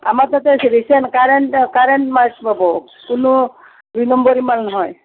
আমাৰ তাতে আছে ৰিচেণ্ট কাৰেণ্ট কাৰেণ্ট মাল পাব কোনো দুই নম্বৰী মাল নহয়